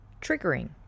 triggering